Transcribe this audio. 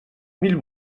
mil